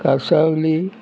Cansaulim